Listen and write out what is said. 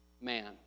man